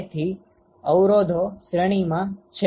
તેથી અવરોધો શ્રેણીમાં છે